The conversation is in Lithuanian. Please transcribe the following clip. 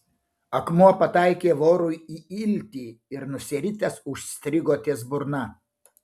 akmuo pataikė vorui į iltį ir nusiritęs užstrigo ties burna